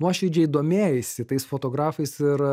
nuoširdžiai domėjaisi tais fotografais ir